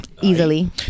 Easily